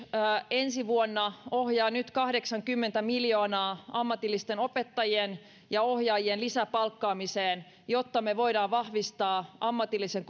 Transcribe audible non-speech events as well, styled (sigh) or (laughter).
ensi vuonna ohjaa nyt kahdeksankymmentä miljoonaa ammatillisten opettajien ja ohjaajien lisäpalkkaamiseen jotta me voimme vahvistaa ammatillisen (unintelligible)